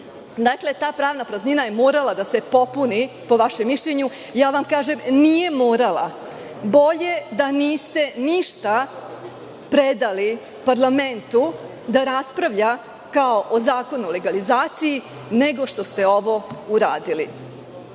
Dakle, ta pravna praznina je morala da se popuni, po vašem mišljenju. Ja vam kažem – nije morala. Bolje da niste ništa predali parlamentu, da raspravlja kao o Zakonu o legalizaciji, nego što ste ovo